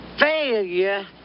failure